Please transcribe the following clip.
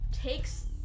takes